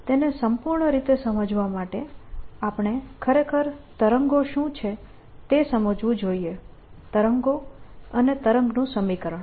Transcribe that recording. તેને સંપૂર્ણ રીતે સમજવા માટે આપણે ખરેખર તરંગો શું છે તે સમજવું જોઈએ તરંગો અને તરંગનું સમીકરણ